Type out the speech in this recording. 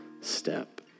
step